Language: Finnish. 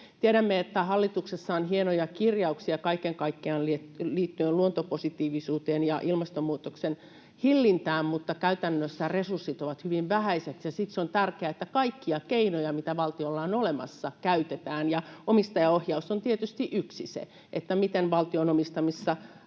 Tiedämme, että hallituksessa on hienoja kirjauksia kaiken kaikkiaan liittyen luontopositiivisuuteen ja ilmastonmuutoksen hillintään, mutta käytännössä resurssit ovat hyvin vähäiset. Siksi on tärkeää, että kaikkia keinoja, mitä valtiolla on olemassa, käytetään, ja omistajaohjaus on tietysti yksi, se, miten valtion omistamissa yhtiöissä